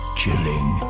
chilling